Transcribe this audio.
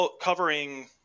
covering